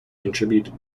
contributed